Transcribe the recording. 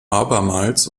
abermals